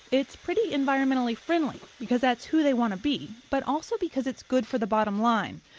it's pretty environmentally friendly, because that's who they want to be, but also because it's good for the bottom line.